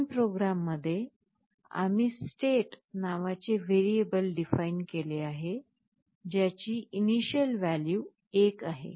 main program मध्ये आम्ही state नावाचे व्हेरिएबल डीफाईन केले आहे ज्याची इनीशीयल व्हॅल्यू 1 आहे